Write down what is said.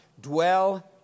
dwell